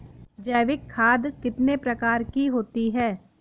जैविक खाद कितने प्रकार की होती हैं?